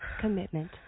commitment